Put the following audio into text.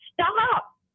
Stop